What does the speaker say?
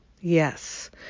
Yes